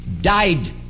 died